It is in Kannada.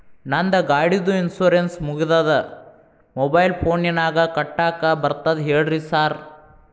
ನಂದ್ ಗಾಡಿದು ಇನ್ಶೂರೆನ್ಸ್ ಮುಗಿದದ ಮೊಬೈಲ್ ಫೋನಿನಾಗ್ ಕಟ್ಟಾಕ್ ಬರ್ತದ ಹೇಳ್ರಿ ಸಾರ್?